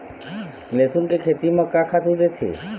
लेसुन के खेती म का खातू देथे?